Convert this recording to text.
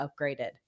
upgraded